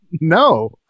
No